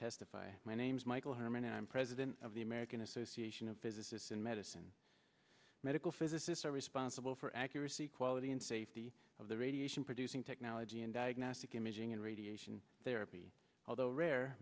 testify my name's michael herman and i'm president of the american association of physicists and medicine medical physicists are responsible for accuracy quality and safety of the radiation producing technology and diagnostic imaging and radiation therapy although rare